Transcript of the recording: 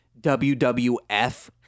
WWF